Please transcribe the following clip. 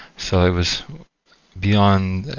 so it was beyond,